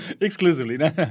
Exclusively